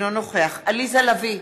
אינו נוכח עליזה לביא,